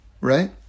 right